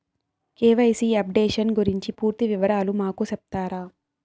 KYC updation గురించి పూర్తి వివరాలు మాకు సెప్తారా?